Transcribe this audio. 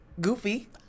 Goofy